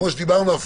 כמו שדיברנו,